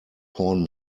porn